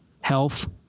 health